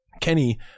Kenny